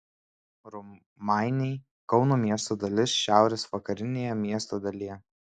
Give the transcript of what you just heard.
romainiai kauno miesto dalis šiaurės vakarinėje miesto dalyje